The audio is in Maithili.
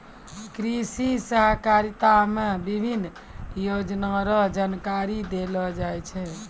कृषि सहकारिता मे विभिन्न योजना रो जानकारी देलो जाय छै